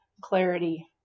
clarity